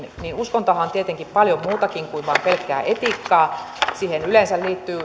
uskontohan on paljon muutakin kuin vain pelkkää etiikkaa esimerkiksi valtauskonnoissa siihen yleensä liittyy